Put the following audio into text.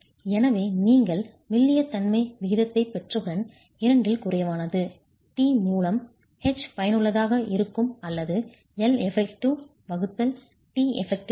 எனவே நீங்கள் மெல்லிய தன்மை விகிதத்தைப் பெற்றவுடன் இரண்டில் குறைவானது T மூலம் H பயனுள்ளதாக இருக்கும் அல்லது L effective t effective இருக்கும்